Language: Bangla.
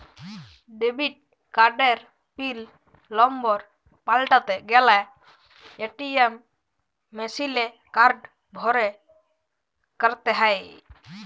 ডেবিট কার্ডের পিল লম্বর পাল্টাতে গ্যালে এ.টি.এম মেশিলে কার্ড ভরে ক্যরতে হ্য়য়